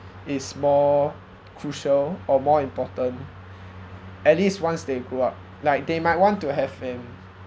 is more crucial or more important at least once they grow up like they might want to have um